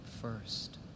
first